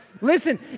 Listen